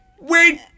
wait